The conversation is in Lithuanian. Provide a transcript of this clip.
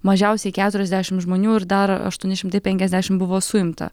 mažiausiai keturiasdešimt žmonių ir dar aštuoni šimtai penkiasdešimt buvo suimta